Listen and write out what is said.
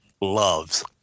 loves